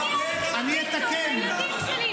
אבל אני הייתי בוויצו עם הילדים שלי,